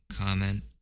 comment